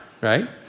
right